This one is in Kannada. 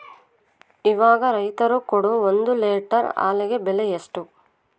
ಇವಾಗ ರೈತರು ಕೊಡೊ ಒಂದು ಲೇಟರ್ ಹಾಲಿಗೆ ಬೆಲೆ ಎಷ್ಟು?